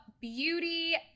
beauty